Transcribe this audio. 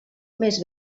més